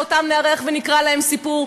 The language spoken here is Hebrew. שאותם נארח ונקרא להם סיפור,